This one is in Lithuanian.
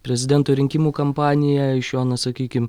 prezidento rinkimų kampaniją iš jo na sakykim